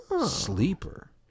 sleeper